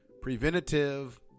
preventative